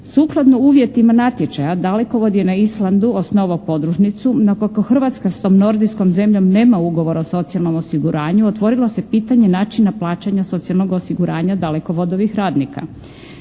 Sukladno uvjetima natječaja "Dalekovod" je na Islandu osnovao podružnicu, no kako Hrvatska s tom nordijskom zemljom nema ugovor o socijalnom osiguranju otvorilo se pitanje načina plaćanja socijalnog osiguranja dalekovodovih radnika.